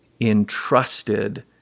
entrusted